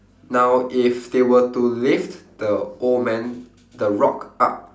now if they were to lift the old man the rock up